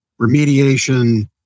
remediation